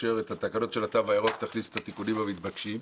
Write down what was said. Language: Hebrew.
ובתקנות של התו ירוק תכניס את התיקונים המתבקשים.